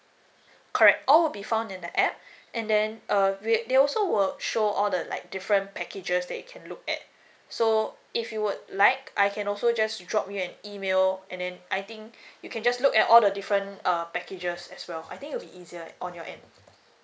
correct all will be found in the app and then uh they they also would show all the like different packages that you can look at so if you would like I can also just drop you an email and then I think you can just look at all the different uh packages as well I think it'll be easier on your end